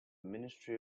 ministry